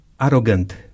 arrogant